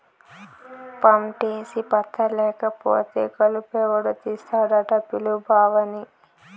పంటేసి పత్తా లేకపోతే కలుపెవడు తీస్తాడట పిలు బావని